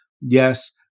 Yes